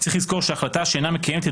עלינו לזכור שהחלטה שאינה מקיימת את